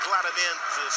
Claramente